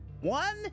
One